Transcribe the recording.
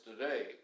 today